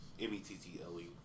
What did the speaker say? M-E-T-T-L-E